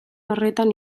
horretan